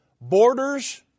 borders